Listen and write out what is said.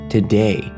Today